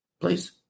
Please